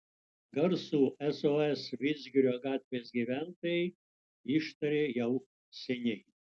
garsų sos vidzgirio gatvės gyventojai ištarė jau seniai